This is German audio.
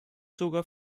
sogar